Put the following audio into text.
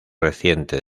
reciente